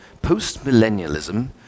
Post-millennialism